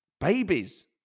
babies